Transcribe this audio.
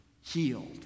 healed